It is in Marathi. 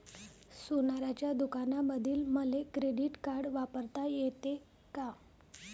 सोनाराच्या दुकानामंधीही मले क्रेडिट कार्ड वापरता येते का?